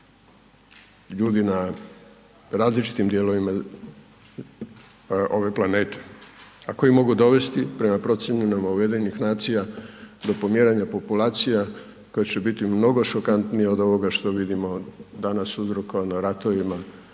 ljudi na različitim dijelovima ove planete, a koji mogu dovesti prema procjenama UN-a do pomjeranja populacija koje će biti mnogo šokantnije od ovoga što vidimo danas uzrokovano ratovima